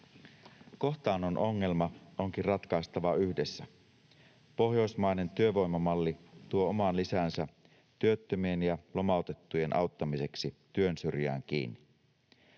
Kohtaannon ongelma onkin ratkaistava yhdessä. Pohjoismainen työvoimamalli tuo oman lisänsä työttömien ja lomautettujen auttamiseksi työn syrjään kiinni.